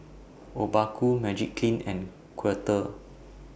Obaku Magiclean and Quaker